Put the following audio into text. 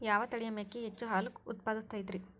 ಯಾವ ತಳಿಯ ಮೇಕೆ ಹೆಚ್ಚು ಹಾಲು ಉತ್ಪಾದಿಸತೈತ್ರಿ?